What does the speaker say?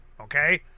Okay